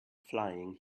flying